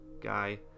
guy